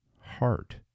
heart